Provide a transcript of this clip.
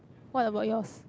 what about yours